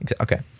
Okay